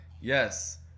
Yes